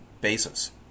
basis